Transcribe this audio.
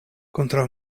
kontraŭ